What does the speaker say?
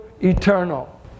eternal